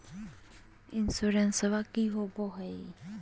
इंसोरेंसबा की होंबई हय?